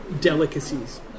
delicacies